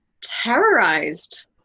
terrorized